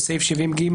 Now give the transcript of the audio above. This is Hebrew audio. בסעיף 70(ג),